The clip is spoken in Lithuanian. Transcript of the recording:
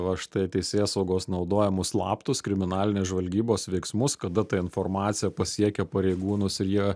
va štai teisėsaugos naudojamus slaptus kriminalinės žvalgybos veiksmus kada ta informacija pasiekia pareigūnus ir jie